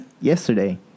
Yesterday